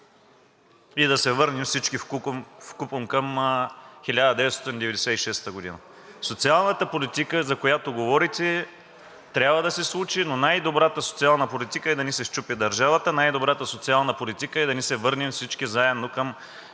и да се върнем всички вкупом към 1996 г. Социалната политика, за която говорите, трябва да се случи, но най-добрата социална политика е да не се счупи държавата, най добрата социална политика е да не се върнем всички заедно към